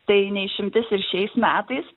tai ne išimtis ir šiais metais